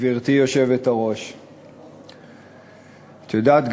גברתי היושבת-ראש את יודעת,